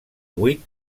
vuit